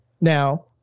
now